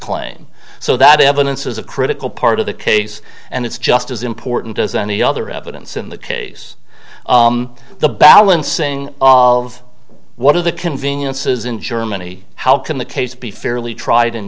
claim so that evidence is a critical part of the case and it's just as important as any other evidence in the case the balancing of what are the conveniences in germany how can the case be fairly tried in